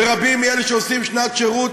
ורבים מאלה שעושים שנת שירות,